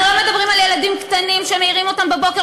אנחנו לא מדברים על ילדים קטנים שמעירים אותם בבוקר,